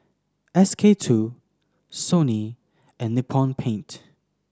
SK two Sony and Nippon Paint